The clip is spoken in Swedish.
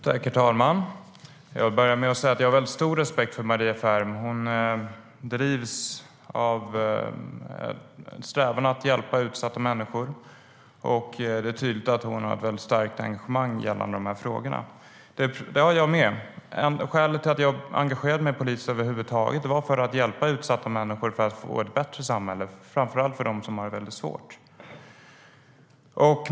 Herr talman! Jag vill börja med att säga att jag har stor respekt för Maria Ferm. Hon drivs av en strävan att hjälpa utsatta människor, och det är tydligt att hon har ett starkt engagemang gällande de här frågorna. Det har jag också. Skälet till att jag över huvud taget engagerade mig politiskt var för att hjälpa utsatta människor att få det bättre, framför allt de som har det mycket svårt.